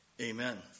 Amen